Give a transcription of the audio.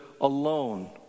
alone